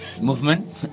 movement